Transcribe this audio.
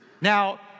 Now